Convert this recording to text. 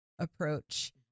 approach